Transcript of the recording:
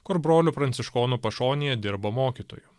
kur brolių pranciškonų pašonėje dirbo mokytoju